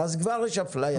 אז כבר יש הפליה.